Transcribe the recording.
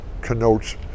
connotes